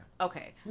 Okay